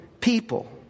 people